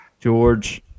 George